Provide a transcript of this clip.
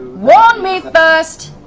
warn me first!